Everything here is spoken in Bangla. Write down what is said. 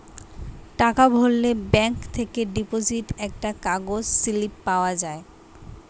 টাকা ভরলে ব্যাঙ্ক থেকে ডিপোজিট একটা কাগজ স্লিপ পাওয়া যায়